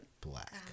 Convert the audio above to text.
black